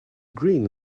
green